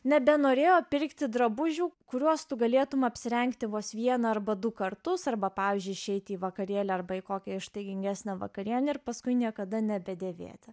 nebenorėjo pirkti drabužių kuriuos tu galėtumei apsirengti vos vieną arba du kartus arba pavyzdžiui išeiti į vakarėlį arba į kokią ištaigingesnę vakarienę ir paskui niekada nebedėvėti